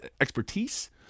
expertise